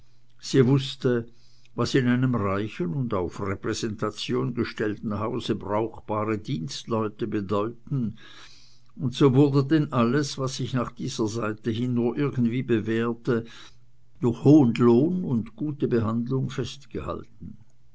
sie wußte was in einem reichen und auf repräsentation gestellten hause brauchbare dienstleute bedeuten und so wurde denn alles was sich nach dieser seite hin nur irgendwie bewährte durch hohen lohn und gute behandlung festgehalten